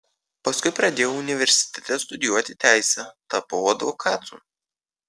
paskui pradėjau universitete studijuoti teisę tapau advokatu